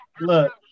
Look